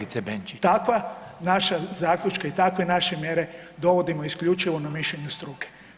I takve naše zaključke i takve naše mjere dovodimo isključivo na mišljenju struke.